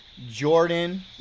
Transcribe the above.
Jordan